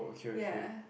ya